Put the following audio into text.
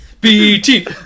BT